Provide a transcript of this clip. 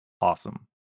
awesome